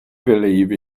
believe